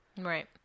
Right